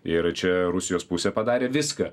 ir čia rusijos pusė padarė viską